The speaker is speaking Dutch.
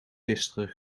gisteren